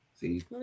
See